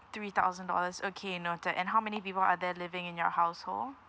three thousand dollars okay noted and how many people are there living in your household